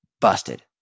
busted